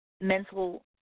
mental